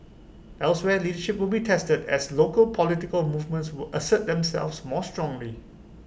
elsewhere leadership will be tested as local political movements will assert themselves more strongly